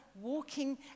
walking